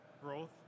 growth